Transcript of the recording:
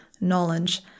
knowledge